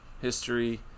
history